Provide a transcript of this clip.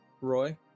Roy